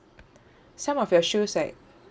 some of your shoes like